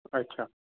अच्छा